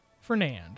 Fernand